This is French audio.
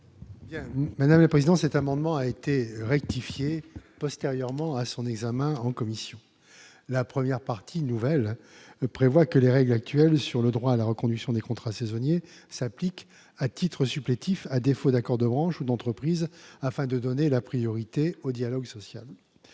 de la commission ? Cet amendement a été rectifié postérieurement à son examen par la commission. La première partie, nouvelle, prévoit que les règles actuelles relatives au droit à la reconduction des contrats saisonniers s'appliquent à titre supplétif, à défaut d'accord de branche ou d'entreprise, afin de donner la priorité au dialogue social.